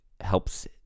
helps